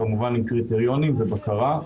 כמובן עם קריטריונים ובקרה.